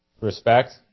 Respect